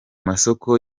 masoko